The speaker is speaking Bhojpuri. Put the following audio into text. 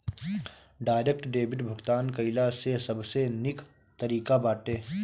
डायरेक्ट डेबिट भुगतान कइला से सबसे निक तरीका बाटे